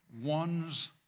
ones